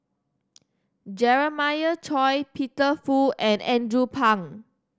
Jeremiah Choy Peter Fu and Andrew Phang